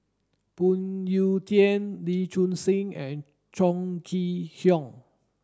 Phoon Yew Tien Lee Choon Seng and Chong Kee Hiong